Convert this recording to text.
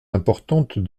importantes